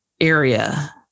area